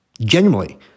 Genuinely